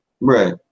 Right